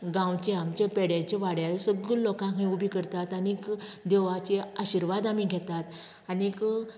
गांवचे आमचे पेडेचे वाड्या वयले सगले लोकांक हे उबे करतात आनीक देवाची आशिर्वाद आमी घेतात आनीक